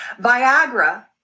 Viagra